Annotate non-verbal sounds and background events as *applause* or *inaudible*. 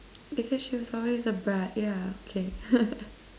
because she was always a brat yeah okay *laughs*